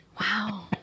Wow